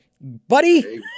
buddy